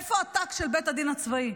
איפה הטקט של בית הדין הצבאי?